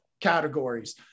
categories